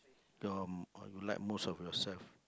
your uh you like most of yourself